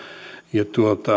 ja